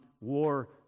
War